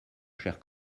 chère